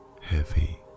heavy